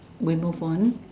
we move on